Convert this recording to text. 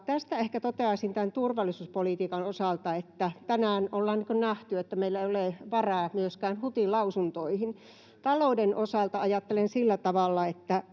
taloudesta. Toteaisin ehkä tämän turvallisuuspolitiikan osalta, että tänään ollaan nähty, että meillä ei ole varaa myöskään hutilausuntoihin. Talouden osalta ajattelen sillä tavalla, että